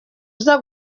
uza